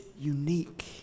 unique